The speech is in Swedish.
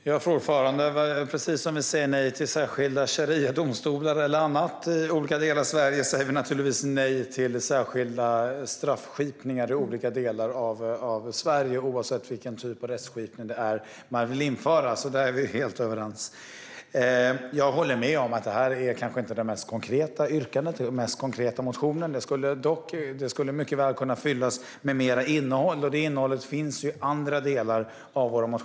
Fru talman! På samma sätt som vi säger nej till särskilda shariadomstolar och annat i olika delar av Sverige säger vi naturligtvis nej till särskilda typer av rättskipning i olika delar av Sverige oavsett vilken typ av rättskipning man vill införa. Där är vi helt överens. Jag håller med om att det här kanske inte är det mest konkreta yrkandet eller den mest konkreta motionen. Yrkandet skulle mycket väl kunna fyllas med mer innehåll, och sådant innehåll finns ju i andra delar av våra motioner.